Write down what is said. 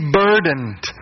burdened